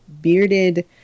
bearded